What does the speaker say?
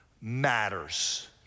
matters